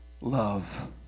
love